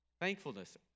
Thankfulness